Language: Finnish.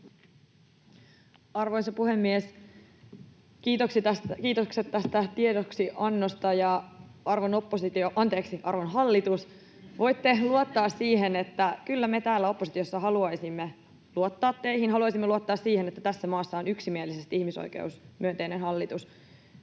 Arvoisa puhemies! Kiitokset tästä tiedoksiannosta. Arvon hallitus, voitte luottaa siihen, että kyllä me täällä oppositiossa haluaisimme luottaa teihin, haluaisimme luottaa siihen, että tässä maassa on yksimielisesti ihmisoikeusmyönteinen hallitus.